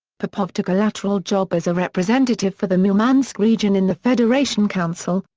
popov took a lateral job as a representative for the murmansk region in the federation council,